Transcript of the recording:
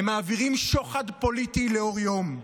הם מעבירים שוחד פוליטי לאור יום.